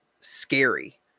scary